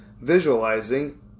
visualizing